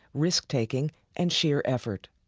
risk-taking and sheer effort.